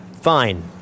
Fine